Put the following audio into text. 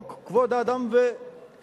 חוק כבוד האדם וחירותו,